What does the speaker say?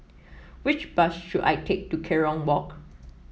which bus should I take to Kerong Walk